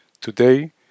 Today